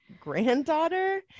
granddaughter